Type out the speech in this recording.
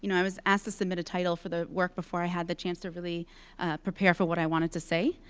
you know i was asked to submit a title for the work before i had the chance to really prepare for what i wanted to say,